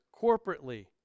corporately